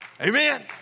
Amen